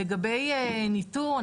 לגבי ניתור,